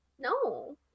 No